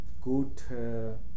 good